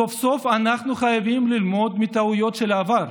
סוף-סוף אנחנו חייבים ללמוד מטעויות של העבר.